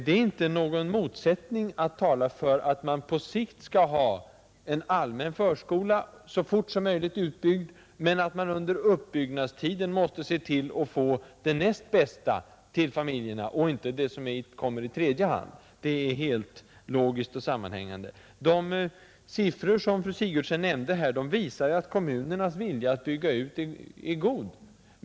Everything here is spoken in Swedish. Det är inte någon motsättning i att tala för att man på sikt skall bygga ut en allmän förskola så fort som möjligt, och att hävda att man under utbyggnadstiden måste se till att få det näst bästa till familjerna och inte det som kommer i tredje hand. Det är helt logiskt och sammanhängande. De siffror som fru Sigurdsen nämnde visar ju att kommunernas vilja att bygga ut är god.